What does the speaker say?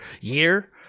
year